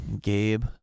gabe